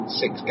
six